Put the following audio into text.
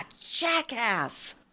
jackass